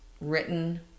written